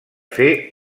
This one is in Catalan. fer